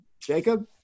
Jacob